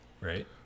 right